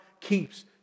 keeps